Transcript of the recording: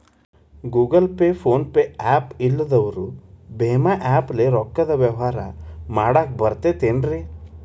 Google Pay, PhonePe app ಇಲ್ಲದವರು ಭೇಮಾ app ಲೇ ರೊಕ್ಕದ ವ್ಯವಹಾರ ಮಾಡಾಕ್ ಬರತೈತೇನ್ರೇ?